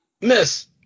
miss